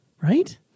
right